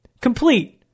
Complete